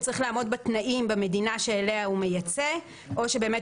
הוא צריך לעמוד בתנאים במדינה אליה הוא מייצא או שבאמת